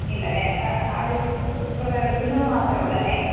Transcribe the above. ഇല്ലല്ലെ പുസ്തകം എടുക്കുന്നത് മാത്രമേ ഉള്ളല്ലേ